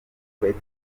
kwetu